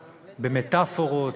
במטפורות,